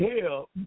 hell